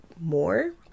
more